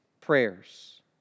prayers